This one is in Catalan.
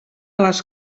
les